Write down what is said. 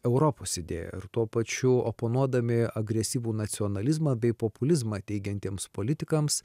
europos idėją ir tuo pačiu oponuodami agresyvų nacionalizmą bei populizmą teigiantiems politikams